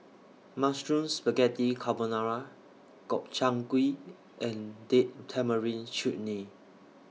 Mushroom Spaghetti Carbonara Gobchang Gui and Date Tamarind Chutney